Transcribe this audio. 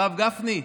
הרב גפני,